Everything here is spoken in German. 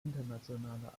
internationaler